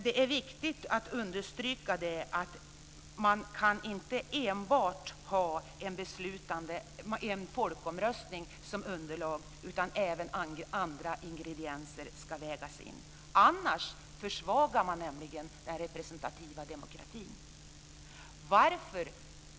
Det är viktigt att understryka att man inte enbart kan ha en folkomröstning som underlag. Även andra ingredienser ska vägas in. Annars försvagar man nämligen den representativa demokratin.